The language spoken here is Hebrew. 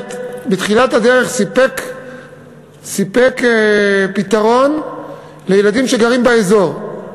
ובאמת בתחילת הדרך סיפק פתרון לילדים שגרים באזור.